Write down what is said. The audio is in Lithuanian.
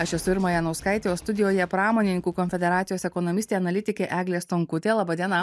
aš esu irma janauskaitė o studijoje pramonininkų konfederacijos ekonomistė analitikė eglė stonkutė laba diena